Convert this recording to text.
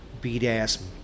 beat-ass